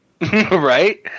Right